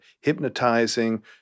hypnotizing